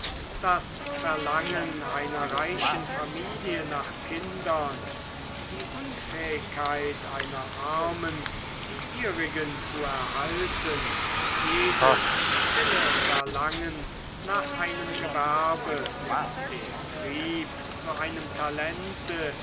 das verlangen einer reichen familie nach kindern die unfähigkeit einer armen die ihrigen zu erhalten jedes stille verlangen nach einem gewerbe den trieb zu einem talente